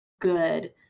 good